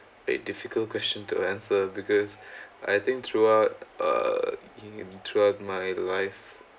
a difficult question to answer because I think throughout uh in throughout my life